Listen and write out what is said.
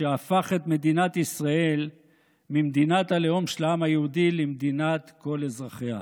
שהפך את מדינת ישראל ממדינת הלאום של העם היהודי למדינת כל אזרחיה.